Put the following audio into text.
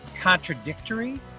contradictory